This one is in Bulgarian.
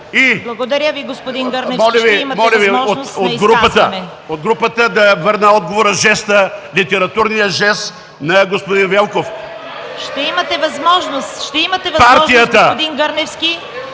Благодаря Ви, господин Гърневски. Ще имате възможност на изказване.